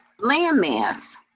landmass